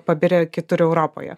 pabirę kitur europoje